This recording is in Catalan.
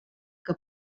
que